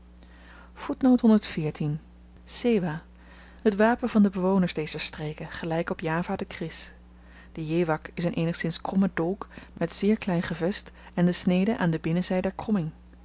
sewah het wapen van de bewoners dezer streken gelyk op java de kris de jewak is n eenigszins kromme dolk met zeer klein gevest en de snede aan de binnenzy der kromming